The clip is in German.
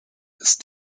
ist